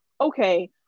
okay